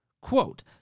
Quote